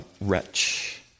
wretch